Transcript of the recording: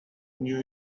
new